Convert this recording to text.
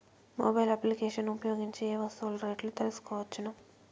Mobile applications ను ఉపయోగించి ఏ ఏ వస్తువులు రేట్లు తెలుసుకోవచ్చును?